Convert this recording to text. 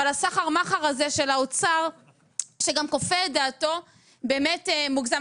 אבל הסחר מכר הזה של האוצר שגם כופה את דעתו באמת מוגזם.